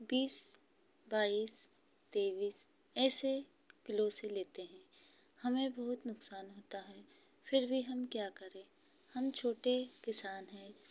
बीस बाईस तेईस ऐसे किलो से लेते हैं हमें बहुत नुकसान होता है फिर भी हम क्या करें हम छोटे किसान हैं